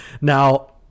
Now